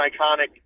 iconic